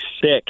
six